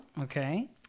Okay